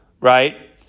right